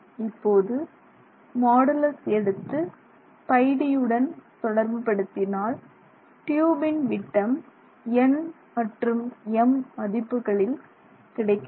இபோது modulus எடுத்து πD யுடன் தொடர்புபடுத்தினால் ட்யூபின் விட்டம் nm மதிப்புகளில் கிடைக்கிறது